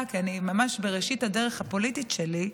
כי אני ממש בראשית הדרך הפוליטית שלי.